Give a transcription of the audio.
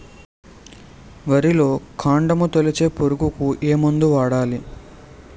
వరిలో కాండము తొలిచే పురుగుకు ఏ మందు వాడాలి?